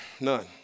None